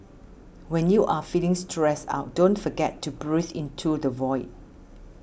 when you are feeling stressed out don't forget to breathe into the void